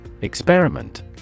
Experiment